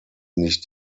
nicht